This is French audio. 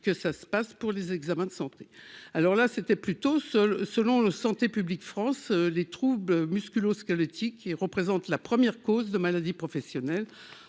que ça se passe pour les examens de santé alors là c'était plutôt seul selon Santé publique France : les troubles musculo-squelettiques et représente la première cause de maladie professionnelle